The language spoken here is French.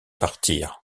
partir